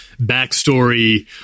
backstory